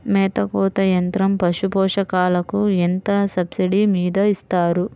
మేత కోత యంత్రం పశుపోషకాలకు ఎంత సబ్సిడీ మీద ఇస్తారు?